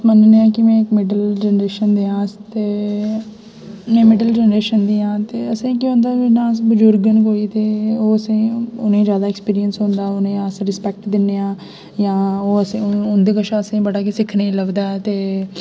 अस मन्नने आं कि में इक मिडल जनरेशन दे आं अस ते में मिडल जनरेशन दी आं ते असें केह् होंदा कि ना अस बजुर्ग न कोई ते ओह् असेंगी उ'नेंगी ज्यादा ऐक्सपिरिंस होंदा उनेंगी अस रिस्पैकट दिन्ने आं जा ओह् असें उं'दे कशा असेंगी बड़ी किश सिक्खने गी लभदा ऐ ते